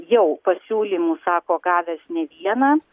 jau pasiūlymų sako gavęs ne vieną